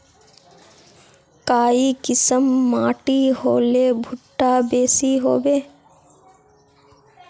काई किसम माटी होले भुट्टा बेसी होबे?